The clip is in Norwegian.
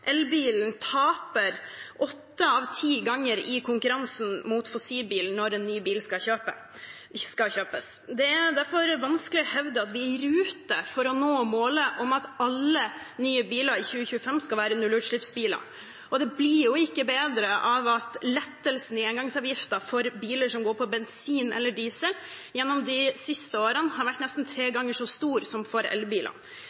elbilen åtte av ti ganger i konkurransen mot fossilbilen når en ny bil skal kjøpes. Det er derfor vanskelig å hevde at vi er i rute for å nå målet om at alle nye biler i 2025 skal være nullutslippsbiler. Det blir ikke bedre av at lettelsen i engangsavgiften for biler som går på bensin eller diesel, gjennom de siste årene har vært nesten tre